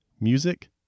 music